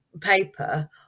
paper